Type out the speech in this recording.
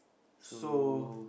so